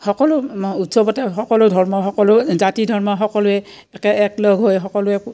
সকলো উৎসৱতে সকলো ধৰ্ম সকলো জাতি ধৰ্ম সকলোৱে একে একলগ হৈ সকলোৱে